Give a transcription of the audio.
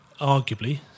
arguably